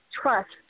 trust